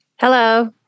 Hello